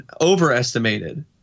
overestimated –